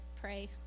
pray